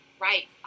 right